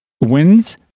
wins